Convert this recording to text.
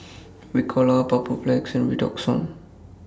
Ricola Papulex and Redoxon